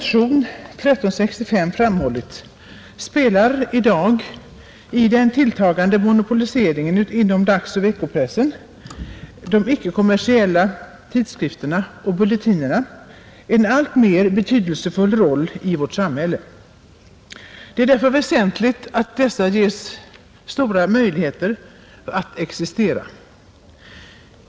tilltagande monopoliseringen inom dagsoch veckopress — de icke-kommersiella tidskrifterna och bulletinerna en alltmer betydelsefull roll i samhället. Det är därför väsentligt att dessa ges goda existensmöjligheter.